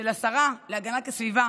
שלשרה להגנת הסביבה